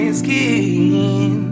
skin